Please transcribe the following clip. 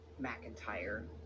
McIntyre